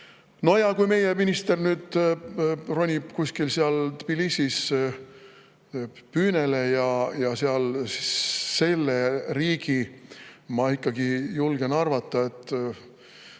Kui meie minister nüüd ronib kuskil Tbilisis püünele ja selle riigi – ma ikkagi julgen arvata, et